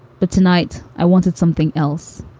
but tonight i wanted something else.